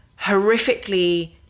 horrifically